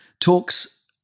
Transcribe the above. talks